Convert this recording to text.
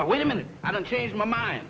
i wait a minute i don't change my mind